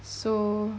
so